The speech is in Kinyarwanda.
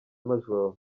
majoro